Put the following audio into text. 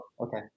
Okay